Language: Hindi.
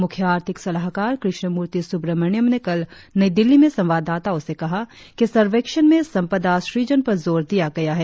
मुख्य आर्थिक सलाहकार कृष्णमूर्ति सुब्रमण्यन ने कल नई दिल्ली में संवाददाताओ से कहा कि सर्वेक्षण में समपदा सूजन पर जोर दिया गया है